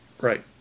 right